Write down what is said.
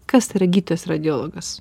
kas yra gydytojas radiologas